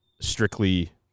strictly